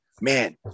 man